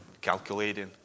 calculating